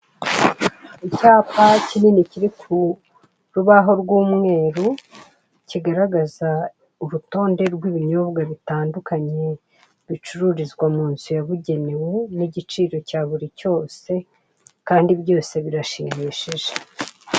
Icyapa kinini kiri ku rubaho rw'umweru kigaragaza urutonde rw'ibinyobwa bitandukanye bicururizwa mu nzu yabugenewe n'igiciro cya buri cyose kandi byose birashimishije.